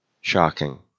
shocking